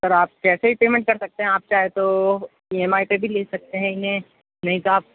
سر آپ کیسے ہی پیمنٹ کر سکتے ہیں آپ چاہے تو ای ایم آئی پہ بھی لے سكتے ہیں اِنہیں نہیں تو آپ